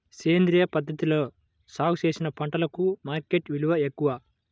సేంద్రియ పద్ధతిలో సాగు చేసిన పంటలకు మార్కెట్ విలువ ఎక్కువ